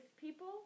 people